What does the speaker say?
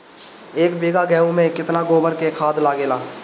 एक बीगहा गेहूं में केतना गोबर के खाद लागेला?